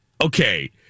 Okay